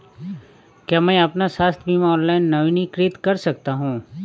क्या मैं अपना स्वास्थ्य बीमा ऑनलाइन नवीनीकृत कर सकता हूँ?